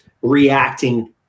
reacting